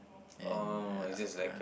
and ya uh